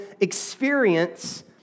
experience